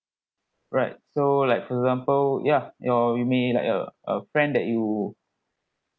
right so like for example ya your you may like uh a friend that you